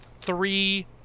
three